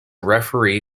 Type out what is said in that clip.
referee